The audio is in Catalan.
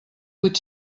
vuit